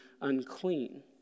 unclean